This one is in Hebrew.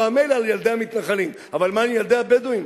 מילא על ילדי המתנחלים, אבל מה עם ילדי הבדואים?